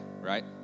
right